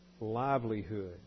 livelihood